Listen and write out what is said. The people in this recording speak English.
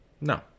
No